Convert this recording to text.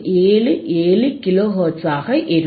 477 kilo ஹெர்ட்ஸாக இருக்கும்